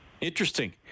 Interesting